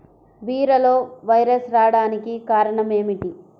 బీరలో వైరస్ రావడానికి కారణం ఏమిటి?